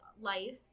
life